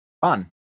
fun